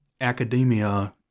academia